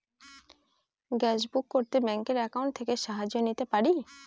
Gas book করতে ব্যাংকের account থেকে সাহায্য নিতে পারি?